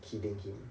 killing him